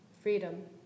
freedom